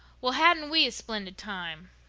well, hadn't we a splendid time?